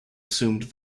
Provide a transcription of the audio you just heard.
assumed